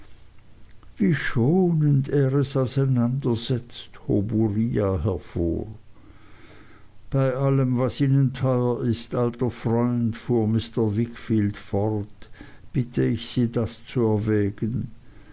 wie schonend er es auseinandersetzt hob uriah hervor bei allem was ihnen teuer ist alter freund fuhr mr wickfield fort bitte ich sie das zu erwägen